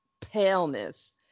paleness